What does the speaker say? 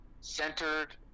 centered